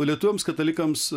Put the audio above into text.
lietuviams katalikams